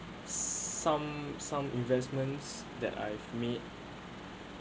some some investments that I've made